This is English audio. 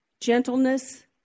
gentleness